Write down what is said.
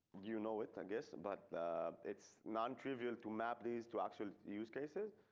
you know it. i guess but it's nontrivial to map these to actually use cases.